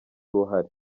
uruhare